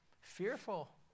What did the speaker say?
fearful